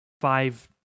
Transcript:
five